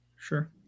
Sure